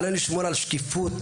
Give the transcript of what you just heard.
עלינו לשמור על שקיפות,